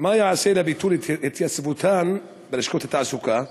מה ייעשה לביטול התייצבותן בלשכות התעסוקה?